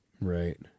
Right